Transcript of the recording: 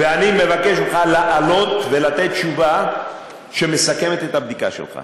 ואני מבקש ממך לעלות ולתת תשובה שמסכמת את הבדיקה שלך.